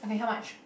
okay how much